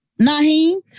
Naheem